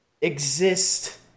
exist